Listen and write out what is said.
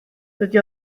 dydy